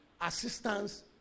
assistance